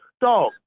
Dog